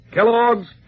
Kellogg's